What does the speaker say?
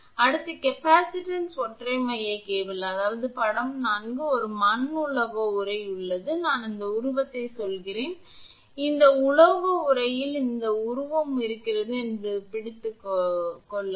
அடுத்து கேப்பசிட்டன்ஸ் ஒற்றை மைய கேபிள் அதாவது படம் 4 ஒரு மண் உலோக உறை உள்ளது நான் இந்த உருவத்தை சொல்கிறேன் இந்த உலோக உறையில் இந்த உருவம் இருக்கிறது என்று பிடித்துக் கொள்ளுங்கள்